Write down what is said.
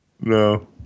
No